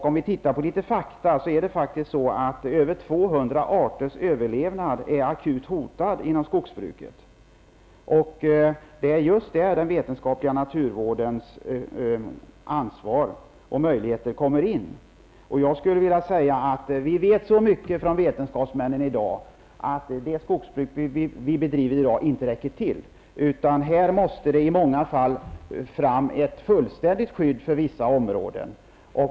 Om vi ser på fakta finner vi att över 200 arters överlevnad är akut hotad inom skogsbruket, och det är just där den vetenskapliga naturvårdens ansvar och möjligheter kommer in. Vetenskapsmännen känner till så mycket i dag att det skogsbruk vi för nävarande bedriver inte räcker till, utan här måste det i flera fall fram ett fullständigt skydd för vissa områden.